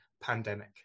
pandemic